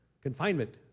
confinement